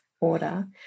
order